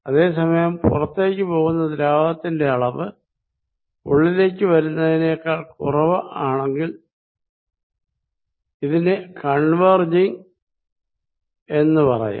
അതെ സമയം പുറത്തേക്ക് പോകുന്ന ദ്രാവകത്തിന്റെ അളവ് ഉള്ളിലേക്ക് വരുന്നതിനേക്കാൾ കുറവ് ആണെങ്കിൽ ഇതിനെ കോൺവെർജിങ് എന്ന് പറയാം